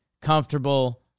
comfortable